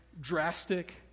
drastic